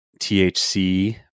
thc